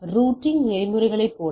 routing நெறிமுறைகளைப் போலவே D